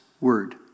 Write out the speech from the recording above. word